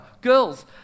Girls